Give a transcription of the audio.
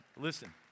Listen